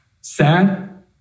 Sad